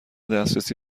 دسترسی